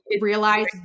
realize